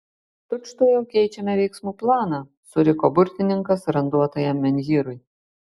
tučtuojau keičiame veiksmų planą suriko burtininkas randuotajam menhyrui